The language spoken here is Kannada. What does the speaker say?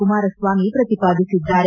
ಕುಮಾರಸ್ವಾಮಿ ಪ್ರತಿಪಾದಿಸಿದ್ದಾರೆ